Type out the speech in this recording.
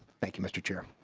thank you mr. chair.